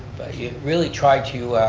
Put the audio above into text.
you you really try to,